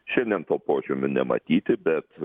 šiandien to požymių nematyti bet